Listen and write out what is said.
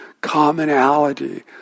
commonality